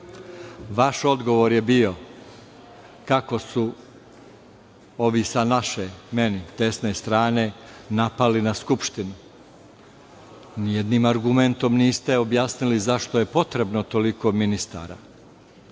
Vaš odgovor je bio kako su ovi sa naše, meni desne strane, napali na Skupštinu. Ni jednim argumentom niste objasnili zašto je potrebno toliko ministara? Dakle,